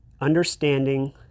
understanding